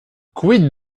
quid